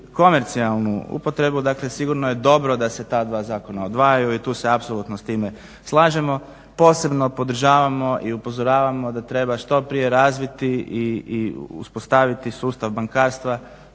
komercijalnu upotrebu. Dakle, sigurno je dobro da se ta dva zakona odvajaju i tu se apsolutno s time slažemo. Posebno podržavamo i upozoravamo da treba što prije razviti i uspostaviti sustava bankarstva,